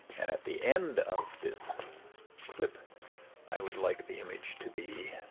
and at the end of this clip i would like the image to be